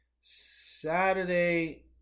Saturday